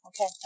Okay